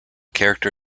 character